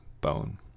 Bone